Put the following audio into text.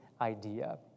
idea